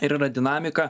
ir yra dinamika